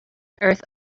earth